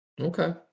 Okay